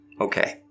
Okay